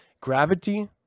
gravity